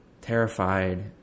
terrified